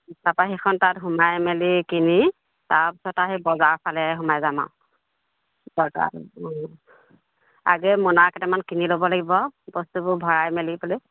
তাৰপৰা সেইখন তাত সোমাই মেলি কিনি তাৰপিছত আহি বজাৰৰ ফালে সোমাই যাম আৰু বজাৰ আগে মোনা কেইটামান কিনি ল'ব লাগিব আৰু বস্তুবোৰ ভৰাই মেলিবলৈ